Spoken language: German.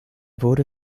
wurde